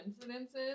coincidences